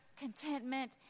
contentment